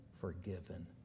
forgiven